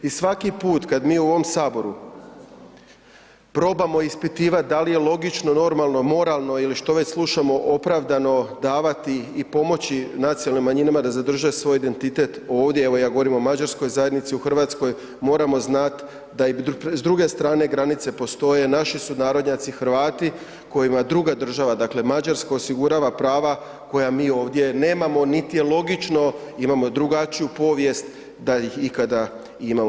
I svaki put kad mi u ovom saboru probamo ispitivati da li je logično, normalno, moralno ili što već slušamo opravdano davati i pomoći nacionalnim manjinama da zadrže svoj identitet ovdje, evo ja govorim o mađarskoj zajednici u Hrvatskoj, moramo znati da i s druge strane granice postoje naši sunarodnjaci Hrvati kojima druga država, dakle Mađarska osigurava prava koja mi ovdje nemamo, niti je logično imamo drugačiju povijest da ih ikada imamo.